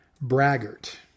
braggart